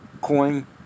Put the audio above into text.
coin